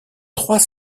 trois